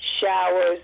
showers